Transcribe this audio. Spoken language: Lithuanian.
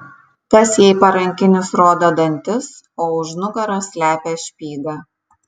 kas jei parankinis rodo dantis o už nugaros slepia špygą